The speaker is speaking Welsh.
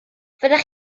fyddech